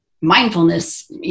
mindfulness